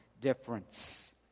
difference